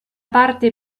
parte